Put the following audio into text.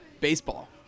Baseball